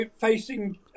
facing